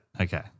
Okay